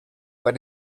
but